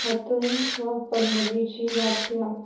हातूंत वापरली जी वाद्या